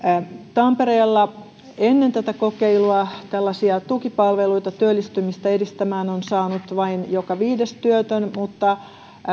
tampereella ennen tätä kokeilua tällaisia tukipalveluita työllistymistä edistämään on saanut vain joka viides työtön mutta